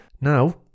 Now